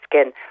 skin